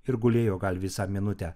ir gulėjo gal visą minutę